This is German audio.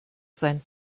sein